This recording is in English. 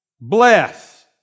bless